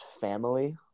family